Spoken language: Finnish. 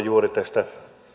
juuri tästä